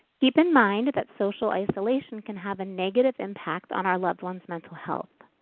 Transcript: keep in mind that social isolation can have a negative impact on our loved ones mental health.